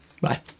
Bye